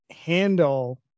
handle